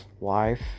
life